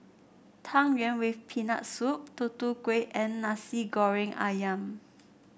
Tang Yuen with Peanut Soup Tutu Kueh and Nasi Goreng ayam